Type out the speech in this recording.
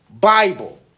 Bible